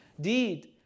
deed